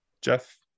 Jeff